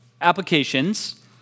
Applications